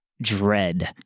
Dread